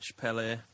Pele